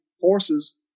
forces